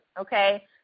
okay